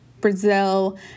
Brazil